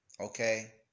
Okay